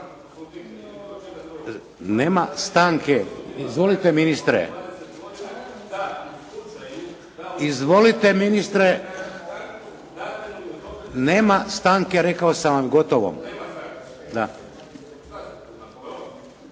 nema stanke, izvolite ministre. Nema stanke, rekao sam vam, gotovo.